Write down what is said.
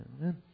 Amen